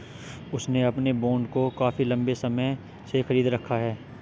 उसने अपने बॉन्ड को काफी लंबे समय से खरीद रखा है